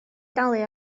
dalu